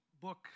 book